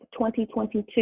2022